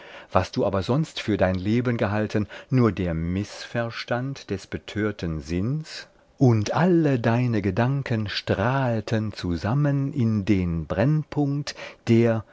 was du aber sonst für dein leben gehalten nur der mißverstand des betörten sinns und alle deine gedanken strahlten zusammen in den brennpunkt der